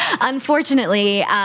unfortunately